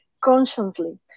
consciously